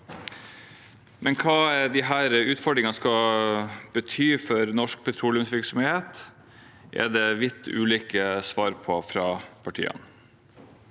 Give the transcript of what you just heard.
Men hva disse utfordringene skal bety for norsk petroleumsvirksomhet, er det litt ulike svar på fra partiene.